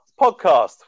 Podcast